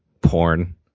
porn